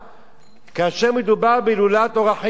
כאשר מדובר בהילולת "אור החיים" הקדוש,